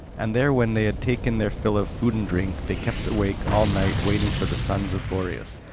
and there, when they had taken their fill of food and drink, they kept awake all night waiting for the sons of boreas.